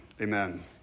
Amen